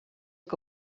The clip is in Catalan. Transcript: que